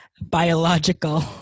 biological